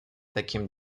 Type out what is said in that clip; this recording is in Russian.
таким